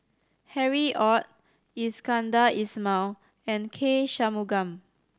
Harry Ord Iskandar Ismail and K Shanmugam